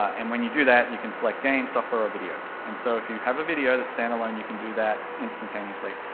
and when you do that, you can select game, software or video, and so if you have a video that's standalone you can do that instantaneously.